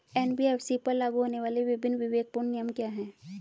NBFC पर लागू होने वाले विभिन्न विवेकपूर्ण नियम क्या हैं?